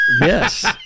Yes